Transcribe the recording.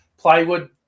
plywood